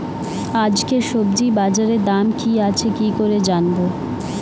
আজকে সবজি বাজারে দাম কি আছে কি করে জানবো?